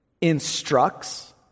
instructs